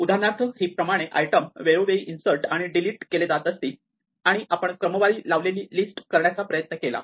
उदाहरणार्थ हीप प्रमाणे आयटम वेळोवेळी इन्सर्ट आणि डिलीट केले जात असतील आणि आपण क्रमवारी लावलेली लिस्ट करण्याचा प्रयत्न केला